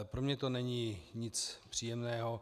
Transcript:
Pro mě to není nic příjemného.